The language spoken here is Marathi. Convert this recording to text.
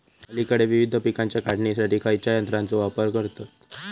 अलीकडे विविध पीकांच्या काढणीसाठी खयाच्या यंत्राचो वापर करतत?